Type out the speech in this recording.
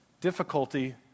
Difficulty